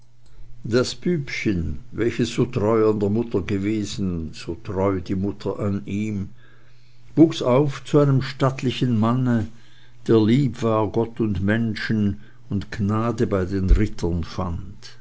das bübchen welches so treu an der mutter gewesen so treu die mutter an ihm wuchs auf zu einem stattlichen manne der lieb war gott und menschen und gnade bei den rittern fand